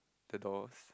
the doors